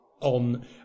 on